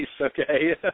okay